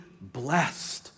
blessed